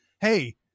hey